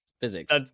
physics